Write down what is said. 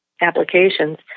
applications